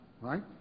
right